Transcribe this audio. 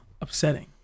upsetting